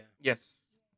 Yes